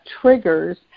triggers